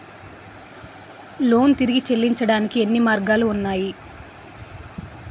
Loan తిరిగి చెల్లించటానికి ఎన్ని మార్గాలు ఉన్నాయి?